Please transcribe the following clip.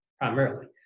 primarily